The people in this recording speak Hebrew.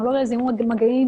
טכנולוגיה לזיהוי מגעים,